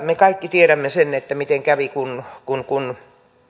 me kaikki tiedämme sen miten kävi kun kun